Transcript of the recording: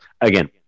again